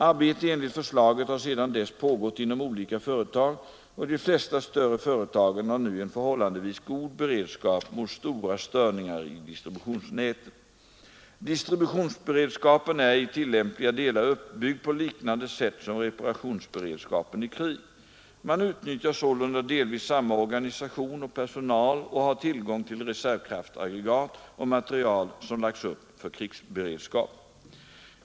Arbete enligt förslaget har sedan dess pågått inom olika företag, och de flesta större företag har nu en förhållandevis god beredskap mot stora störningar i distributionsnäten. Distributionsberedskapen är i tillämpliga delar uppbyggd på liknande sätt som reparationsberedskapen i krig. Man utnyttjar sålunda delvis samma organisation och personal och har tillgång till reservkraftaggregat och material som lagts upp för krigsberedskap.